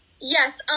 Yes